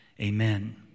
Amen